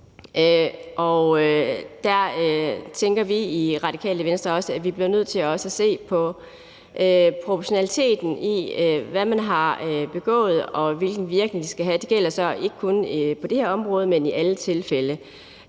Og der tænker vi i Radikale Venstre også, at vi bliver nødt til også se på proportionaliteten i, hvad man har begået, og hvilken virkning det skal have. Det gælder så ikke kun på det her område, men i alle tilfælde.